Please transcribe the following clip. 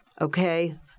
okay